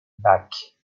back